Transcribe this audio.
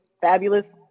fabulous